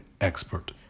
expert